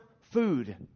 food